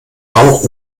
auch